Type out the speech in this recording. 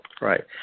Right